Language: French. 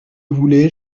voulez